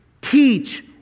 teach